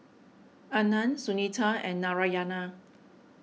Anand Sunita and Narayana